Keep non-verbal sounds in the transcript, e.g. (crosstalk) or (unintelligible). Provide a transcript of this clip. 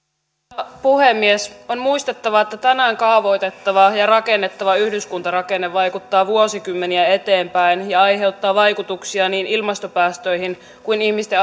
arvoisa puhemies on muistettava että tänään kaavoitettava ja rakennettava yhdyskuntarakenne vaikuttaa vuosikymmeniä eteenpäin ja aiheuttaa vaikutuksia niin ilmastopäästöihin kuin ihmisten (unintelligible)